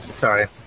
Sorry